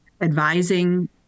advising